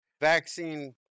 vaccine